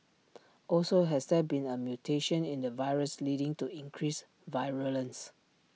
also has there been A mutation in the virus leading to increased virulence